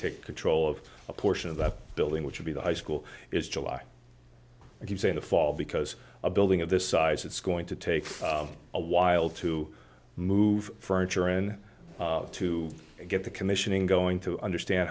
take control of a portion of the building which would be the high school is july if you say the fall because a building of this size it's going to take a while to move furniture in to get the commissioning going to understand